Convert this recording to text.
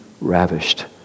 ravished